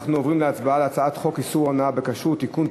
אנחנו עוברים להצבעה על הצעת חוק איסור הונאה בכשרות (תיקון,